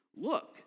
Look